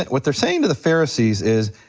what they're saying to the pharisees is,